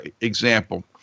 example